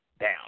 down